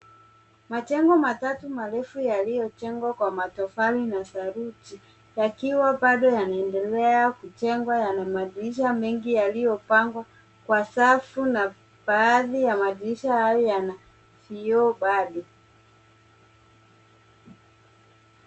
Majengo matatu marefu yaliyojengwa kwa matofali na saruji yakiwa bado yanaendelea kujengwa yana madirisha mengi yaliyopangwa kwa safu na baadhi ya madirisha hayo yana kioo bali.